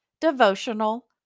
devotional